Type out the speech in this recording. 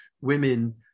women